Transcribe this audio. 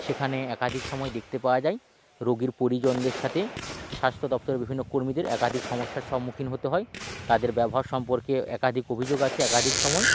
সেখানে একাধিক সময়ে দেখতে পাওয়া যায় রোগীর পরিজনদের সাথে স্বাস্থ্য দফতরের বিভিন্ন কর্মীদের একাধিক সমস্যার সম্মুখীন হতে হয় তাদের ব্যবহার সম্পর্কে একাধিক অভিযোগ আসে একাধিক সময়